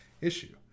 issue